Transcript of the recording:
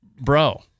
Bro